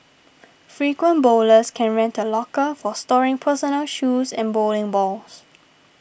frequent bowlers can rent a locker for storing personal shoes and bowling balls